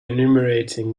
enumerating